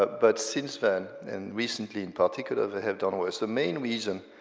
but but since then, and recently in particular they have done worse. the main reason,